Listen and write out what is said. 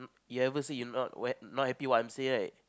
you ever say you not where not happy what I'm say right